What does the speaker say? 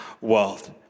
world